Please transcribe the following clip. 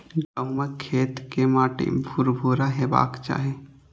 गहूमक खेत के माटि भुरभुरा हेबाक चाही